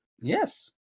Yes